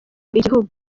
igihugu